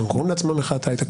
שהם קוראים לעצמם מחאת ההיי-טק,